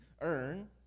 earn